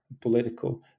political